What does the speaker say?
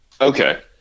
Okay